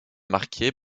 marquée